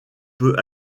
peut